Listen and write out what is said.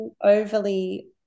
overly